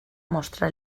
mostra